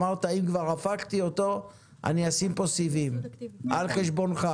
אבל אני מקבל את העובדה שהיום אנחנו לא דנים בסיבים אופטיים.